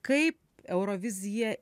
kaip eurovizija